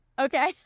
Okay